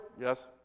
Yes